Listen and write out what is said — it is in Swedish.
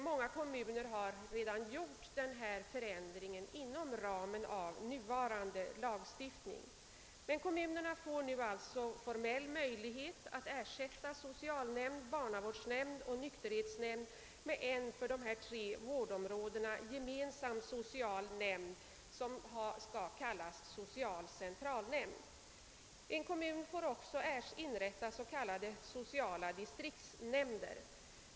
Många kommuner har redan genomfört denna förändring inom ramen för nuvarande lagstiftning: Kommunerna får nu formell möjlighet att ersätta socialnämnd, barnavårdsnämnd och nykterhetsnämnd med em för dessa tre vårdområden gemensam social nämnd, kallad social centralnämnd. En kommun får också inrätta s.k. sociala distriktsnämnder.